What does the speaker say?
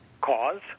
cause